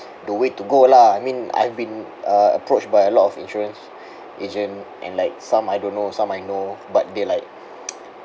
the way to go lah I mean I've been uh approached by a lot of insurance agent and like some I don't know some I know but they like